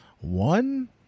One